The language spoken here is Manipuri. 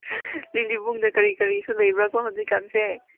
ꯂꯤꯂꯤꯕꯨꯡꯗ ꯀꯔꯤ ꯀꯔꯤꯁꯨ ꯂꯩꯕ꯭ꯔꯥꯀꯣ ꯍꯧꯖꯤꯛ ꯀꯥꯟꯁꯦ